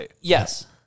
Yes